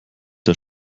der